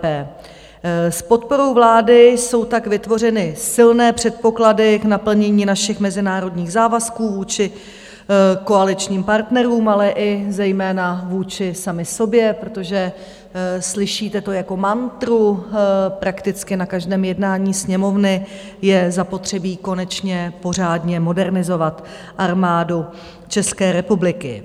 S podporou vlády jsou tak vytvořeny silné předpoklady k naplnění našich mezinárodních závazků vůči koaličním partnerům, ale i zejména vůči sami sobě, protože slyšíte to jako mantru prakticky na každém jednání Sněmovny je zapotřebí konečně pořádně modernizovat Armádu České republiky.